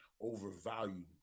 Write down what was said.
overvalued